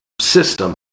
system